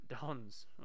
Dons